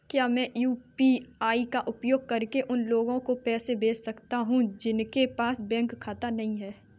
क्या मैं यू.पी.आई का उपयोग करके उन लोगों को पैसे भेज सकता हूँ जिनके पास बैंक खाता नहीं है?